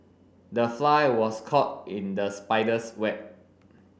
the fly was caught in the spider's web